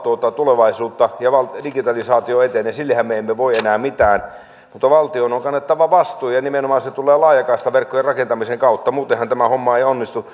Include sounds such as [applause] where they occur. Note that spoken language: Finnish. tulevaisuutta ja digitalisaatio etenee sillehän me emme voi enää mitään mutta valtion on kannettava vastuu ja ja se tulee nimenomaan laajakaistaverkkojen rakentamisen kautta muutenhan tämä homma ei onnistu [unintelligible]